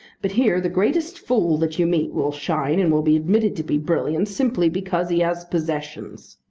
but here the greatest fool that you meet will shine, and will be admitted to be brilliant, simply because he has possessions.